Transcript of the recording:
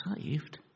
saved